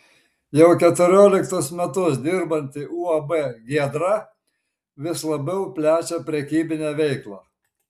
jau keturioliktus metus dirbanti uab giedra vis labiau plečia prekybinę veiklą